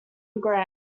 grant